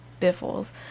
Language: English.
biffles